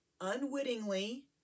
unwittingly